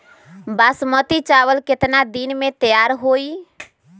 बासमती चावल केतना दिन में तयार होई?